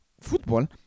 football